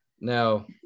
Now